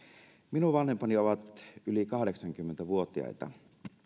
minun vanhempani ovat yli kahdeksankymmentä vuotiaita